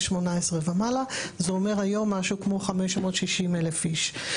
18 ומעלה זה אומר היום משהו כמו 560,000 איש.